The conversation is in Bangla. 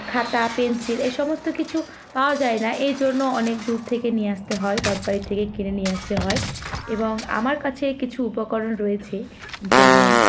খাতা পেনসিল এই সমস্ত কিছু পাওয়া যায় না এই জন্য অনেক দূর থেকে নিয়ে আসতে হয় রথ বাড়ি থেকে কিনে নিয়ে আসতে হয় এবং আমার কাছে কিছু উপকরণ রয়েছে যেমন